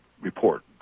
report